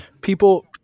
people